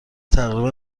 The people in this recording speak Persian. تقریبا